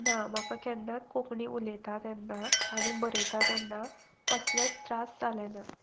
ना म्हाका केन्नाच कोंकणी उलयता तेन्ना आनी बरयता तेन्ना कसलेंच त्रास जाले ना